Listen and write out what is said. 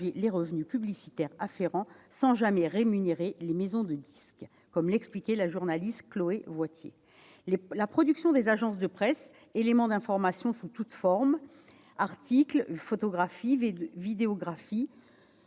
les revenus publicitaires afférents, sans jamais rémunérer les maisons de disques, comme l'expliquait la journaliste Chloé Woitier. La production des agences de presse, qu'il s'agisse d'éléments d'information sous toutes formes, d'articles, de photographies, de vidéographies